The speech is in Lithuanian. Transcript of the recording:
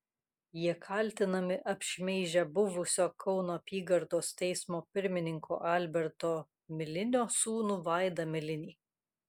jie kaltinami apšmeižę buvusio kauno apygardos teismo pirmininko alberto milinio sūnų vaidą milinį